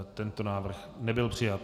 Tento návrh nebyl přijat.